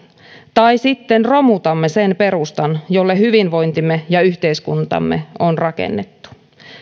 tai sitten romutamme sen perustan jolle hyvinvointimme ja yhteiskuntamme on rakennettu